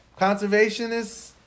conservationists